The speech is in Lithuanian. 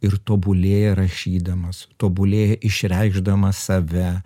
ir tobulėja rašydamas tobulėja išreikšdamas save